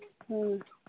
ꯑꯥ